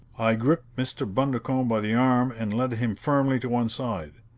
i gripped mr. bundercombe by the arm and led him firmly to one side.